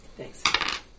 Thanks